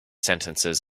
sentences